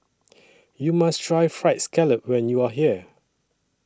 YOU must Try Fried Scallop when YOU Are here